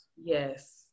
yes